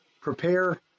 prepare